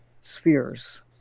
spheres